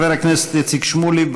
חבר הכנסת איציק שמולי,